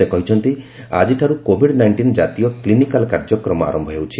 ସେ କହିଛନ୍ତି ଆଜିଠାରୁ କୋଭିଡ୍ ନାଇଷ୍ଟିନ୍ ଜାତୀୟ କ୍ଲିନିକାଲ୍ କାର୍ଯ୍ୟକ୍ରମ ଆରମ୍ଭ ହେଉଛି